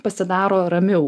pasidaro ramiau